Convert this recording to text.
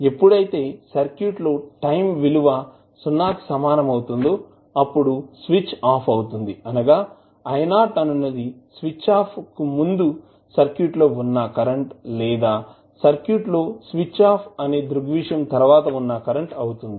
ఎప్పుడైతే సర్క్యూట్ లో time t విలువ సున్నా కి సమానం అవుతుందో అప్పుడు స్విచ్ ఆఫ్ అవుతుంది అనగా I0 అనునది స్విచ్ ఆఫ్ కు ముందు సర్క్యూట్ లో వున్నా కరెంటు లేదా సర్క్యూట్ లో స్విచ్ ఆఫ్ అనే దృగ్విషయం తరవాత ఉన్న కరెంటు అవుతుంది